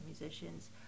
musicians